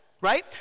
Right